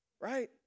Right